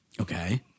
Okay